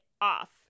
off